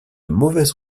mauvaises